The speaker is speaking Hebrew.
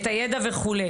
את הידע וכו'.